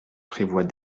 prévoit